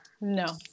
No